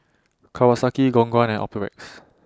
Kawasaki Khong Guan and Optrex